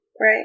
right